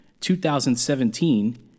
2017